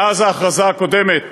מאז ההכרזה הקודמת